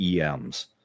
EMs